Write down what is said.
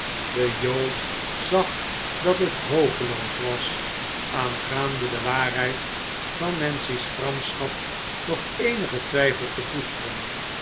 de jood zag dat het hopeloos was aangaande de waarheid van nancy's gramschap nog eenigen twijfel te koesteren